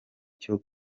cyo